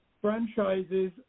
franchises